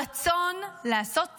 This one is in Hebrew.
הרצון לעשות צדק,